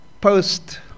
post